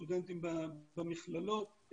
סטודנטים במכללות,